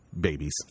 babies